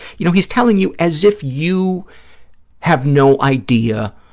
you know, he's telling you as if you have no idea